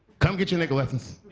come get your nigger lessons.